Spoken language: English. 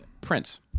Prince